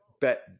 bet